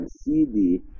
CD